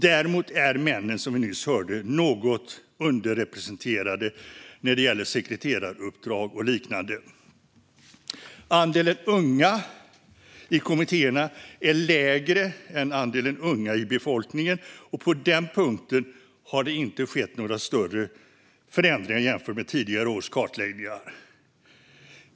Däremot är männen, som vi nyss hörde, något underrepresenterade när det gäller sekreteraruppdrag och liknande. Andelen unga i kommittéerna är mindre än andelen unga i befolkningen, och på den punkten har det inte skett några större förändringar jämfört med tidigare års kartläggningar.